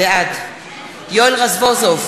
בעד יואל רזבוזוב,